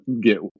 get